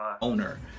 owner